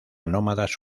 nómadas